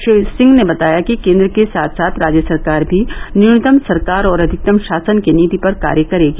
श्री सिंह ने बताया कि केन्द्र के साथ साथ राज्य सरकारं भी न्यूनतम सरकार और अधिकतम षासन की नीति पर कार्य करेगी